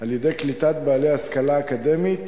על-ידי קליטת בעלי השכלה אקדמית,